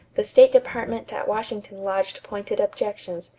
the state department at washington lodged pointed objections,